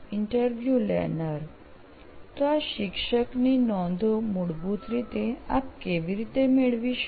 interview લેનાર તો શિક્ષકની આ નોંધો મૂળભૂત રીતે આપ કેવી રીતે મેળવી શકો